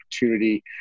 opportunity